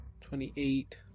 twenty-eight